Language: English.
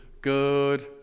Good